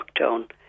lockdown